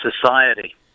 society